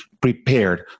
prepared